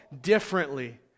differently